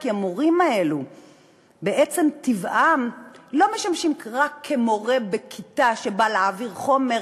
כי המורים הללו בעצם טבעם לא משמשים רק כמורה בכיתה שבא להעביר חומר,